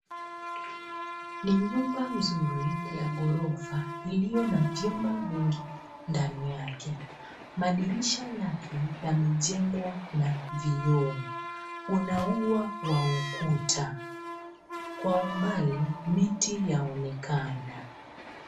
Ni nyumba mzuri ya ghorofa iliyo na vyumba mingi ndani yake. Madirisha yake yamejengwa na vioo. Kuna ua wa ukuta. Kwa umbali, miti yaonekana.